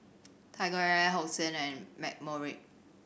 TigerAir Hosen and McCormick